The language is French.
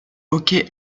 hockey